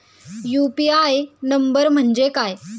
UPI number म्हणजे काय?